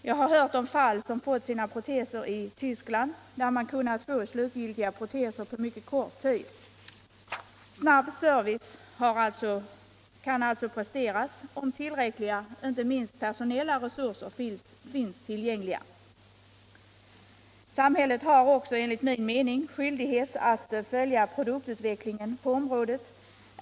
Jag har hört berättas om personer som fått sina proteser i Tyskland, där man kunnat ordna slutgiltiga proteser på mycket kort tid. Snabb service kan alltså presteras om tillräckliga, inte minst personella resurser finns tillgängliga. Samhället har också enligt min mening skyldighet att följa produktutvecklingen på området.